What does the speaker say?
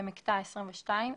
במקטע 22,